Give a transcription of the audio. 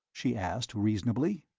she asked, reasonably.